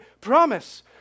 promise